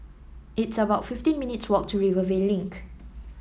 it's about fifteen minutes walk to Rivervale Link